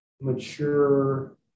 mature